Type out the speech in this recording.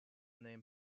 name